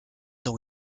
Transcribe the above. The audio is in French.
dans